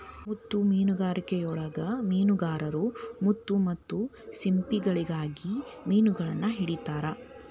ಮುತ್ತು ಮೇನುಗಾರಿಕೆಯೊಳಗ ಮೇನುಗಾರರು ಮುತ್ತು ಮತ್ತ ಸಿಂಪಿಗಳಿಗಾಗಿ ಮಿನುಗಳನ್ನ ಹಿಡಿತಾರ